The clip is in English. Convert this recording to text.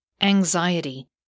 anxiety